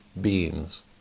beings